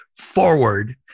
forward